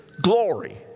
glory